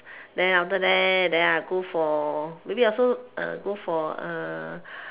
then after that then I go for maybe I also err go for uh